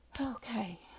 Okay